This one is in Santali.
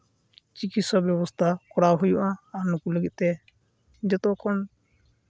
ᱪᱤᱠᱤᱥᱥᱟ ᱵᱮᱵᱚᱥᱛᱷᱟ ᱠᱚᱨᱟᱣ ᱦᱩᱭᱩᱜᱼᱟ ᱟᱨ ᱱᱩᱠᱩ ᱞᱟᱹᱜᱤᱫ ᱛᱮ ᱡᱚᱛᱚ ᱠᱷᱚᱱ